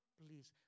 please